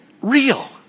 real